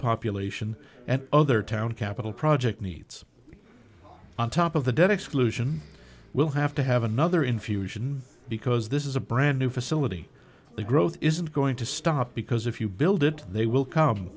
population and other town capital project needs on top of the debt exclusion will have to have another infusion because this is a brand new facility the growth isn't going to stop because if you build it they will come